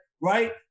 right